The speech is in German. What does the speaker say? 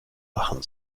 machen